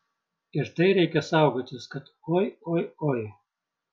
ir tai reikia saugotis kad oi oi oi